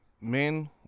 Men